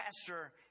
pastor